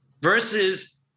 Versus